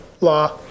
law